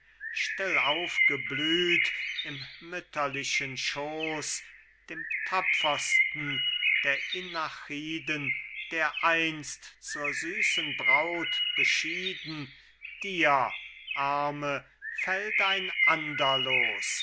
still aufgeblüht im mütterlichen schooß dem tapfersten der inachiden dereinst zur süßen braut beschieden dir arme fällt ein